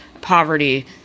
poverty